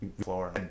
floor